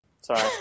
sorry